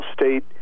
State